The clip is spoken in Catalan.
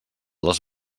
les